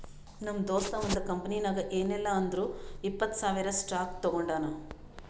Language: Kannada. ನಮ್ ದೋಸ್ತ ಒಂದ್ ಕಂಪನಿನಾಗ್ ಏನಿಲ್ಲಾ ಅಂದುರ್ನು ಇಪ್ಪತ್ತ್ ಸಾವಿರ್ ಸ್ಟಾಕ್ ತೊಗೊಂಡಾನ